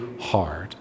hard